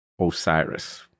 Osiris